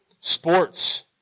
sports